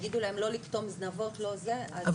אם יגידו להם לא לקטום זנבות ולא זה אז --- אבל